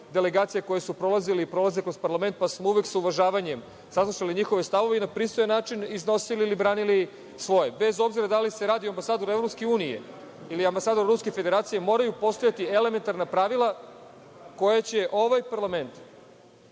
delegacija koje su prolazile i prolaze kroz parlament, pa smo uvek sa uvažavanjem saslušali njihove stavove i na pristojan način iznosili ili branili svoje. Bez obzira da li se radi o ambasadoru EU ili ambasadoru Ruske Federacije, moraju postojati elementarna pravila koja će ovaj parlament